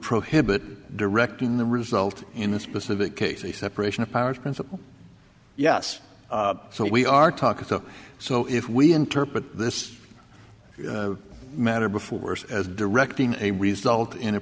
prohibit directing the result in a specific case a separation of powers principle yes so we are talking to so if we interpret this matter before worse as directing a result in a